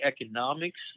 economics